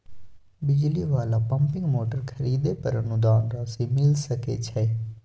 बिजली वाला pumping motor खरीदे पर अनुदान राशि मिल सके छैय?